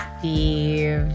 Steve